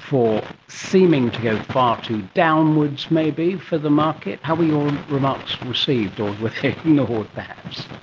for seeming to go far too downwards maybe for the market. how were your remarks received? or were they ignored perhaps?